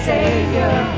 Savior